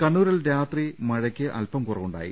കണ്ണൂരിൽ രാത്രി മഴയ്ക്ക് അല്പം കുറവുണ്ടായി